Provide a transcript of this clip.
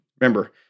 remember